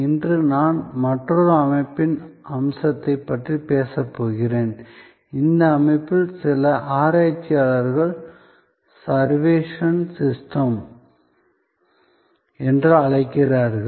இன்று நான் மற்றொரு அமைப்பின் அம்சத்தைப் பற்றி பேசப் போகிறேன் இந்த அமைப்பை சில ஆராய்ச்சியாளர்கள் சர்வேக்ஷன் சிஸ்டம் என்று அழைக்கிறார்கள்